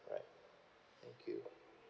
alright thank you